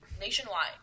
nationwide